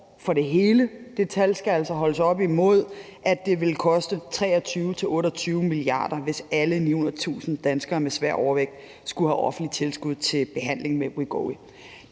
Det tal skal altså holdes op imod, at det vil koste 23-28 mia. kr., hvis alle 900.000 danskere med svær overvægt skulle have offentligt tilskud til behandling med Wegovy.